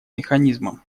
механизмом